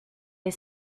les